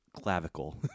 clavicle